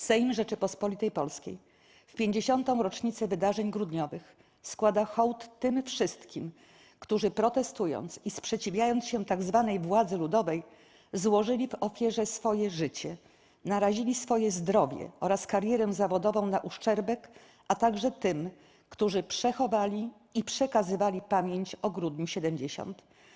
Sejm Rzeczypospolitej Polskiej w 50. rocznicę wydarzeń grudniowych składa hołd tym wszystkim, którzy protestując i sprzeciwiając się tzw. władzy ludowej, złożyli w ofierze swoje życie, narazili swoje zdrowie oraz karierę zawodową na uszczerbek, a także tym, którzy przechowali i przekazywali pamięć o Grudniu ’70.